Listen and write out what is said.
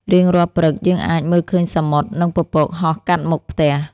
រៀងរាល់ព្រឹក យើងអាចមើលឃើញសមុទ្រ និងពពកហោះកាត់មុខផ្ទះ។